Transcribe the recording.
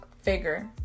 figure